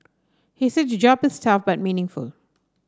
he said the job is tough but meaningful